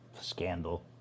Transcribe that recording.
scandal